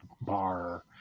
bar